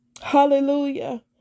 Hallelujah